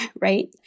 right